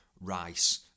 rice